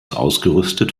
ausgerüstet